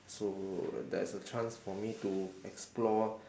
so uh there is a chance for me to explore